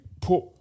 put